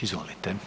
Izvolite.